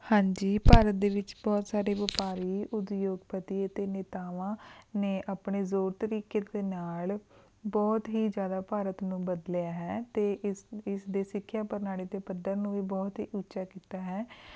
ਹਾਂਜੀ ਭਾਰਤ ਦੇ ਵਿੱਚ ਬਹੁਤ ਸਾਰੇ ਵਪਾਰੀ ਉਦਯੋਗਪਤੀ ਅਤੇ ਨੇਤਾਵਾਂ ਨੇ ਆਪਣੇ ਜ਼ੋਰ ਤਰੀਕੇ ਦੇ ਨਾਲ ਬਹੁਤ ਹੀ ਜ਼ਿਆਦਾ ਭਾਰਤ ਨੂੰ ਬਦਲਿਆ ਹੈ ਅਤੇ ਇਸ ਇਸ ਦੇ ਸਿੱਖਿਆ ਪ੍ਰਣਾਲੀ ਦੇ ਪੱਧਰ ਨੂੰ ਵੀ ਬਹੁਤ ਹੀ ਉੱਚਾ ਕੀਤਾ ਹੈ